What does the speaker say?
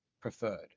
preferred